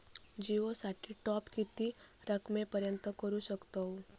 जिओ साठी टॉप किती रकमेपर्यंत करू शकतव?